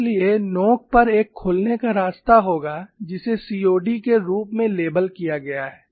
इसलिए नोक पर एक खुलने का रास्ता होगा जिसे सीओडी के रूप में लेबल किया गया है